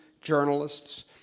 journalists